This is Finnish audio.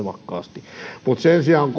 voimakkaasti mutta sen sijaan koulutus on